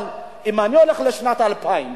אבל אם אני הולך לשנת 2000,